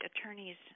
attorneys